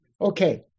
okay